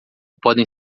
podem